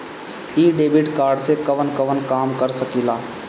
इ debit card से कवन कवन काम कर सकिला?